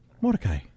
Mordecai